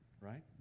Right